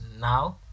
now